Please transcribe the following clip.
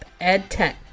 EdTech